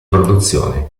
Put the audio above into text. produzione